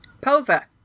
Posa